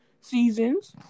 seasons